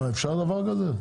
אפשר דבר כזה?